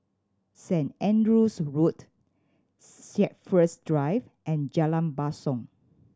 Saint Andrew's Road Shepherds Drive and Jalan Basong